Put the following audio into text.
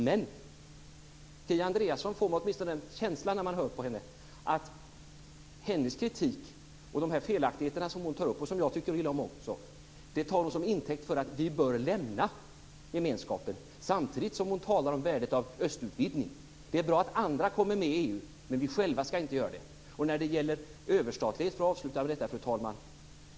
Men när man hör på Kia Andreasson och hennes kritik får man en känsla av att hon tar dessa felaktigheter, som jag också tycker så illa om, som intäkt för att vi bör lämna gemenskapen. Samtidigt talar hon om värdet av östutvidgningen. Det är bra att andra kommer med i EU, men vi själva skall inte vara med. Fru talman! Låt mig avsluta med överstatligheten.